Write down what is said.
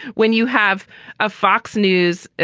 when you have a fox news,